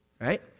Right